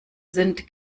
sind